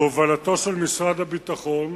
בהובלתו של משרד הביטחון,